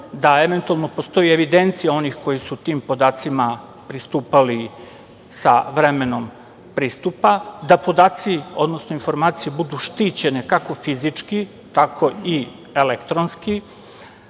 da eventualno postoji evidencija onih koji su tim podacima pristupali sa vremenom pristupa, da podaci, odnosno, informacije budu štićene, kako fizički, tako i elektronski,